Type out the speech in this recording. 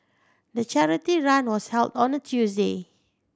the charity run was held on a Tuesday